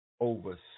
Over